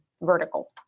vertical